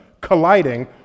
colliding